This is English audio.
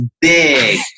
big